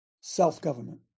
self-government